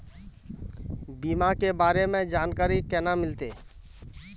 बीमा के बारे में जानकारी केना मिलते?